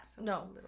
No